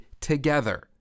together